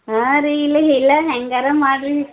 ಹಾಂ ರೀ ಇಲ್ಲ ಇಲ್ಲ ಹೇಗಾರ ಮಾಡಿರಿ